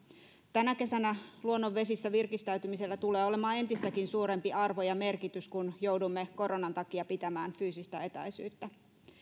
tänä kesänä luonnonvesissä virkistäytymisellä tulee olemaan entistäkin suurempi arvo ja merkitys kun joudumme koronan takia pitämään fyysistä etäisyyttä